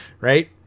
right